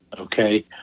Okay